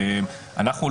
שאנחנו לא